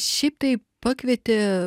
šiaip tai pakvietė